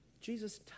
Jesus